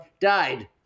died